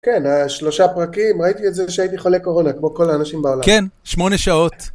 כן, שלושה פרקים, ראיתי את זה כשהייתי חולה קורונה, כמו כל האנשים בעולם. כן, שמונה שעות.